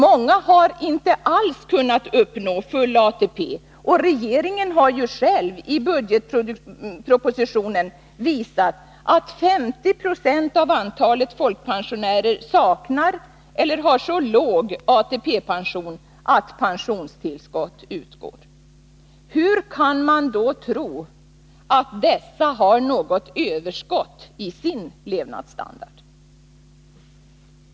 Många har inte alls kunnat uppnå full ATP och regeringen har ju själv i budgetpropositionen visat att 50 20 av folkpensionärerna saknar eller har så låg ATP att pensionstillskott utgår. Hur kan man då tro att dessa har något överskott i sin levnadsstandard?